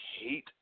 hate